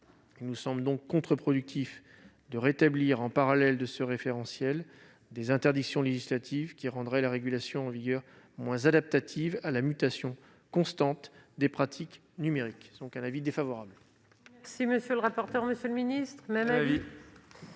Il nous semble contre-productif de rétablir en parallèle de ce référentiel des interdictions législatives qui rendraient la régulation en vigueur moins adaptative à la mutation constante des pratiques numériques. J'émets donc un avis défavorable